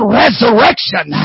resurrection